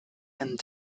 and